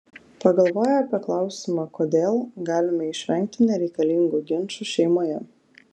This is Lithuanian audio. pagalvoję apie klausimą kodėl galime išvengti nereikalingų ginčų šeimoje